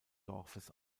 dorfes